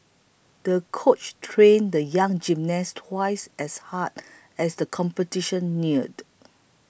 the coach trained the young gymnast twice as hard as the competition neared